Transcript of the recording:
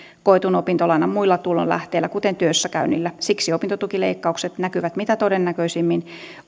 koetun opintolainan muilla tulonlähteillä kuten työssäkäynnillä siksi opintotukileikkaukset näkyvät mitä todennäköisimmin